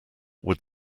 would